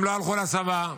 הם לא הלכו לצבא.